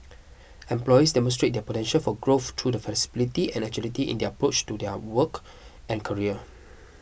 employees demonstrate their potential for growth through the flexibility and agility in their approach to their work and career